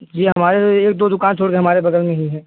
जी हमारे एक दो दुकान छोड़ के हमारे बगल में ही है